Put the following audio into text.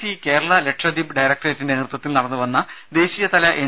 C കേരളലക്ഷദ്വീപ് ഡയറക്ടറേറ്റിന്റെ നേതൃത്വത്തിൽ നടന്നുവന്ന ദേശീയ തല എൻ